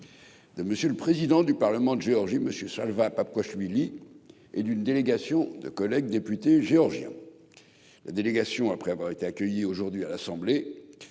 de M. le président du Parlement de Géorgie, M. Shalva Papuashvili, et d'une délégation de députés géorgiens. Après avoir été accueillie aujourd'hui à l'Assemblée